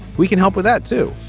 we can help with that too.